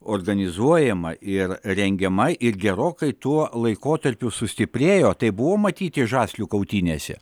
organizuojama ir rengiama ir gerokai tuo laikotarpiu sustiprėjo tai buvo matyti žaslių kautynėse